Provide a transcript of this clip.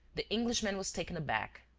the englishman was taken aback.